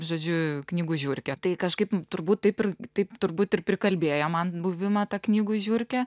žodžiu knygų žiurkė tai kažkaip turbūt taip ir taip turbūt ir prikalbėjo man buvimą ta knygų žiurke